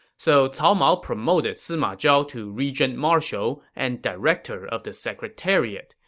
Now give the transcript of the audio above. so cao mao promoted sima zhao to regent marshal and director of the secretariat.